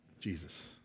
Jesus